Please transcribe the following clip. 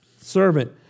servant